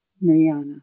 Mariana